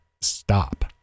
stop